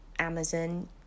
Amazon